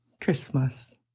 Christmas